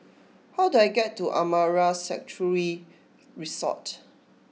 how do I get to Amara Sanctuary Resort